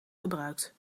gebruikt